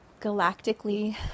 galactically